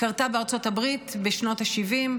קרתה בארצות הברית בשנות השבעים.